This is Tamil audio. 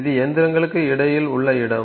இது இயந்திரங்களுக்கு இடையில் உள்ள இடம்